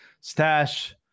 Stash